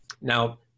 Now